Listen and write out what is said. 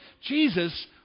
Jesus